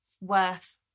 worth